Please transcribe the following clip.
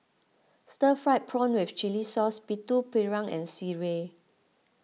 Stir Fried Prawn with Chili Sauce Putu Piring and Sireh